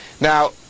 Now